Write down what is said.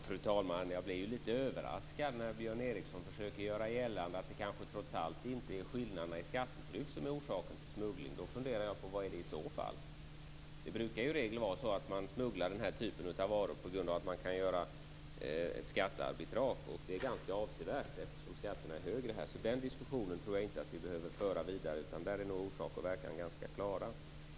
Fru talman! Jag blir litet överraskad när Björn Ericson försöker göra gällande att det trots allt kanske inte är skillnaderna i skattetryck som är orsak till smugglingen. Då undrar jag: Vad är det i så fall? Det brukar i regel vara så att man smugglar den här typen av varor på grund att man kan göra ett skattearbitrage. Det är ganska avsevärt, eftersom skatterna är högre här. Den diskussionen behöver vi inte föra vidare, utan där är orsak och verkan klara.